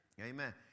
Amen